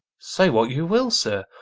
say what you will, sir,